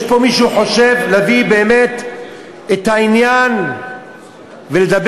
יש פה מישהו שחושב להביא באמת את העניין ולדבר